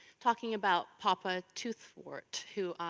talking about papa toothwort, who.